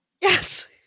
Yes